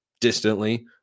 distantly